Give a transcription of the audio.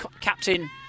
captain